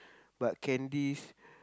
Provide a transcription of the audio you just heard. but candies